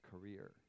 Career